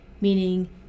meaning